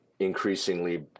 increasingly